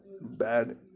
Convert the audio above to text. bad